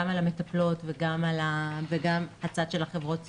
גם על המטפלות וגם על הצד של חברות הסיעוד,